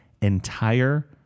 entire